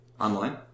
online